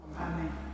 Amen